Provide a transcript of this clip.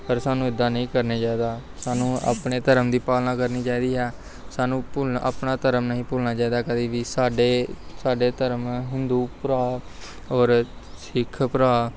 ਪਰ ਸਾਨੂੰ ਇੱਦਾਂ ਨਹੀਂ ਕਰਨੇ ਚਾਹੀਦਾ ਸਾਨੂੰ ਆਪਣੇ ਧਰਮ ਦੀ ਪਾਲਣਾ ਕਰਨੀ ਚਾਹੀਦੀ ਹੈ ਸਾਨੂੰ ਭੁਲਣ ਆਪਣਾ ਧਰਮ ਨਹੀਂ ਭੁੱਲਣਾ ਚਾਹੀਦਾ ਕਦੇ ਵੀ ਸਾਡੇ ਸਾਡੇ ਧਰਮ ਹਿੰਦੂ ਭਰਾ ਔਰ ਸਿੱਖ ਭਰਾ